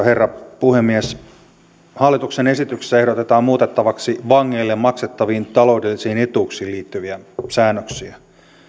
herra puhemies hallituksen esityksessä ehdotetaan muutettavaksi vangeille maksettaviin taloudellisiin etuuksiin liittyviä säännöksiä